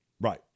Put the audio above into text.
Right